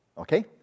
Okay